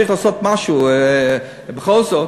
צריך לעשות משהו בכל זאת,